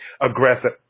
aggressive